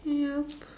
yup